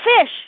fish